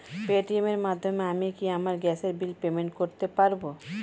Paytm এর মাধ্যমে আমি কি আমার গ্যাসের বিল পেমেন্ট করতে পারব?